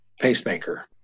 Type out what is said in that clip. pacemaker